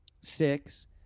six